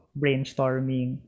brainstorming